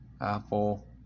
Apple